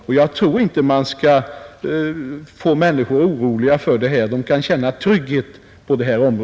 Men jag tror inte att man skall oroa människorna — de kan känna trygghet i detta fall.